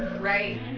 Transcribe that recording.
Right